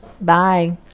Bye